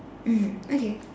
mm okay